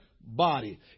body